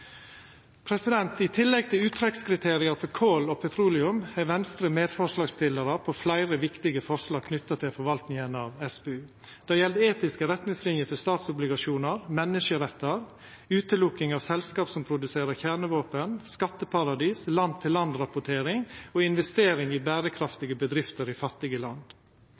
I tillegg til uttrekkskriteria for kol og petroleum er Venstre medforslagsstillar på fleire viktige forslag knytte til forvaltinga av SPU. Det gjeld etiske retningslinjer for statsobligasjonar, menneskerettar, utelukking av selskap som produserer kjernevåpen, skatteparadis, land-for-land-rapportering og investering i berekraftige bedrifter i fattige land.